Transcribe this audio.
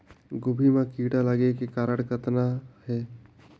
गोभी म कीड़ा लगे के कारण कतना हे?